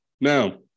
Now